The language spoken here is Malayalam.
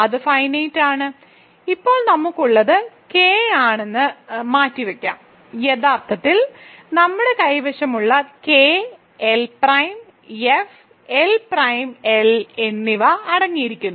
അത് ഫൈനൈറ്റ് ആണ് ഇപ്പോൾ നമുക്ക് ഉള്ളത് കെ ആണെന്ന് മാറ്റിവെക്കാം യഥാർത്ഥത്തിൽ നമ്മുടെ കൈവശമുള്ളത് K L prime F L prime L എന്നിവ അടങ്ങിയിരിക്കുന്നു